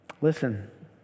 Listen